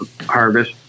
harvest